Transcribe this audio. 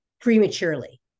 prematurely